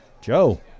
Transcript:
Joe